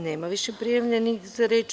Nema više prijavljenih za reč.